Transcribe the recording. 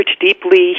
deeply